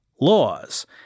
laws